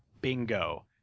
Bingo